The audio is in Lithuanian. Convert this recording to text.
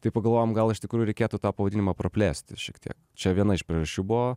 tai pagalvojom gal iš tikrųjų reikėtų tą pavadinimą praplėsti šiek tiek čia viena iš priežasčių buvo